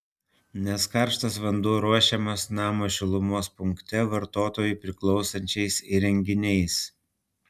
nes karštas vanduo ruošiamas namo šilumos punkte vartotojui priklausančiais įrenginiais